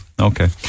okay